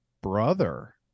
brother